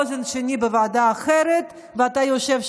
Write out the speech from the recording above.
אוזן שנייה בוועדה אחרת ואתה יושב שם.